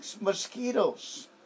mosquitoes